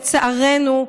לצערנו.